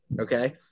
okay